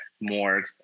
more